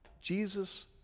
Jesus